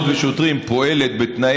חברת הכנסת פנינה